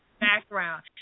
background